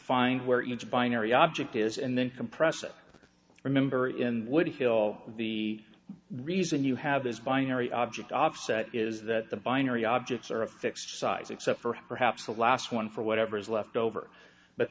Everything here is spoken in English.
find where it's binary object is and then compress it remember in would feel the reason you have this binary object off set is that the binary objects are a fixed size except for perhaps the last one for whatever's left over but